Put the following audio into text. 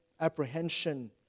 apprehension